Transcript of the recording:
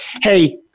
Hey